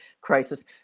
crisis